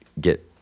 get